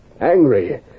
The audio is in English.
Angry